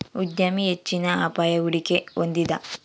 ಉದ್ಯಮಿ ಹೆಚ್ಚಿನ ಅಪಾಯ, ಹೂಡಿಕೆ ಹೊಂದಿದ